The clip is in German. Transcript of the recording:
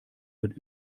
wird